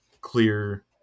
clear